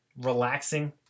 relaxing